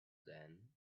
then